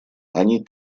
они